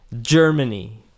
Germany